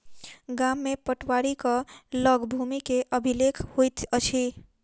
गाम में पटवारीक लग भूमि के अभिलेख होइत अछि